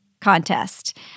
contest